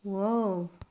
wow